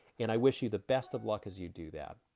and i wish you the best of luck as you do that.